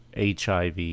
HIV